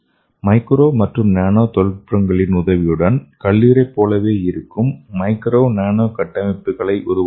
micro மற்றும் nano தொழில்நுட்பங்களின் உதவியுடன் கல்லீரலைப் போலவே இருக்கும் மைக்ரோ நானோ கட்டமைப்புகளை உருவாக்கலாம்